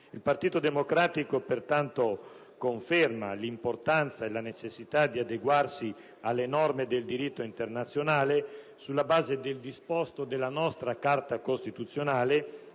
Il Partito Democratico, pertanto, conferma l'importanza e la necessità di adeguarsi alle norme del diritto internazionale sulla base del disposto della nostra Carta costituzionale